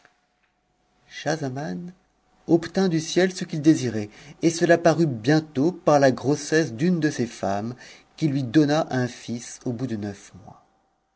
schahzaman obtint du ciel ce qu'il désirait et cela parut bientôt par la grossesse d'une de ses femmes qui lui donna un fils au bout de neufmois